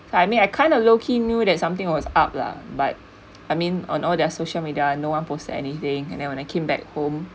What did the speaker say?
I mean I kind of low key knew that something was up lah but I mean on all their social media no one post anything and then when I came back home